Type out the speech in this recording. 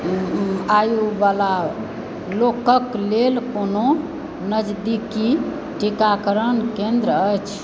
आयु वाला लोकक लेल कोनो नजदीकी टीकाकरण केन्द्र अछि